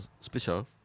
special